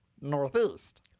northeast